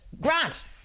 Grant